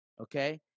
Okay